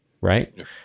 right